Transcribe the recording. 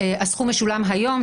"הסכום ישולם היום",